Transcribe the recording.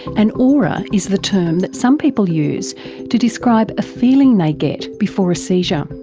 an aura is the term that some people use to describe a feeling they get before a seizure.